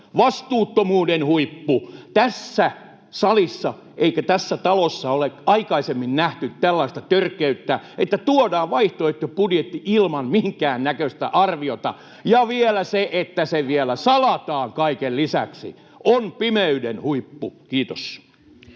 vastuuttomuuden huippu. Ei tässä salissa eikä tässä talossa ole aikaisemmin nähty tällaista törkeyttä, että tuodaan vaihtoehtobudjetti ilman minkäännäköistä arviota ja se vielä salataan kaiken lisäksi. On pimeyden huippu. — Kiitos.